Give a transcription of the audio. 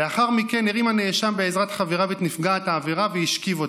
"לאחר מכן הרים הנאשם בעזרת חבריו את נפגעת העבירה והשכיב אותה.